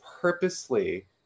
purposely